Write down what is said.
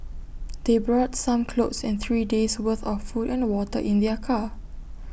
they brought some clothes and three days' worth of food and water in their car